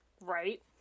right